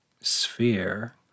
sphere